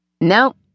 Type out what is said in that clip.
No